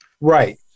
right